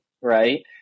right